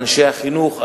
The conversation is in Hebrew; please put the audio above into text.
החינוך,